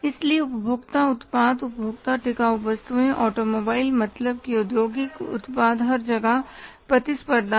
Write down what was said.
इसलिए उपभोक्ता उत्पाद उपभोक्ता टिकाऊ वस्तुएँ ऑटोमोबाइल मतलब कि औद्योगिक उत्पाद हर जगह प्रतिस्पर्धा है